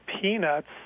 peanuts